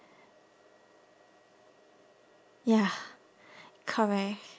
ya correct